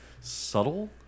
subtle